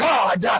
God